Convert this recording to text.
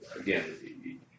Again